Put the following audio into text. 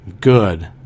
Good